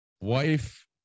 wife